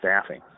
staffing